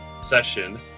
session